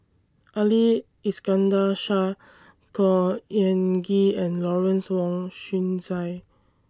Ali Iskandar Shah Khor Ean Ghee and Lawrence Wong Shyun Tsai